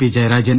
P Jayarajan